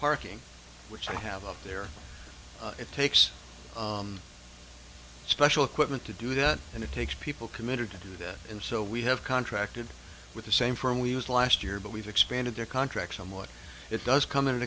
parking which i have up there it takes special equipment to do that and it takes people committed to do that and so we have contracted with the same firm we used last year but we've expanded their contracts somewhat it does come in